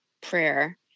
prayer